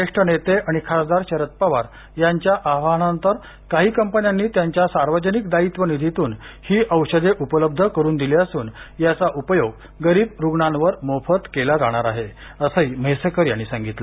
ज्येष्ठ नेते आणि खासदार शरद पवार यांच्या आवाहना नंतर काही कंपन्यांनी त्यांच्या सार्वजनिक दायित्व निधीतून ही औषधे उपलब्ध करून दिली असुन ती याचा उपयोग गरीब रुग्णांवर मोफत केला जाणार आहे असंही म्हैसेकर यांनी सांगितलं